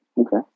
Okay